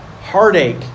Heartache